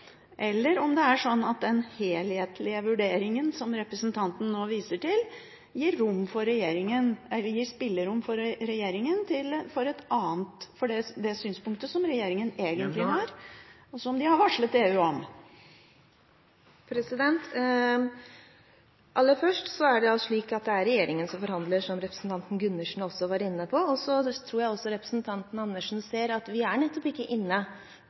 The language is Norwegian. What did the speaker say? er det slik at den helhetlige vurderingen som representanten nå viser til, gir spillerom for regjeringen for det synspunktet som regjeringen egentlig har, og som de har varslet EU om? Aller først: Det er regjeringen som forhandler – som representanten Gundersen også var inne på. Jeg tror også representanten Andersen ser at vi nettopp ikke